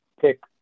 pick